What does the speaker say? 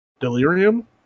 Delirium